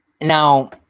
Now